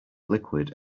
liquid